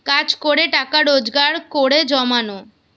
কাজ করে টাকা রোজগার করে জমানো